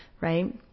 Right